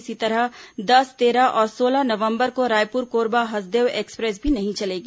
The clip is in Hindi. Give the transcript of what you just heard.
इसी तरह दस तेरह और सोलह नवंबर को रायपुर कोरबा हसदेव एक्सप्रेस भी नहीं चलेगी